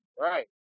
Right